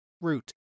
root